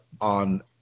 on